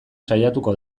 saiatuko